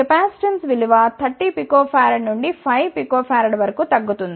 capacitance విలువ 30 pF నుండి 5 pF వరకు తగ్గుతుంది